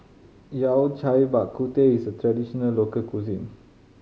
Yao Cai Bak Kut Teh is a traditional local cuisine